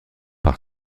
par